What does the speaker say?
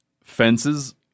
fences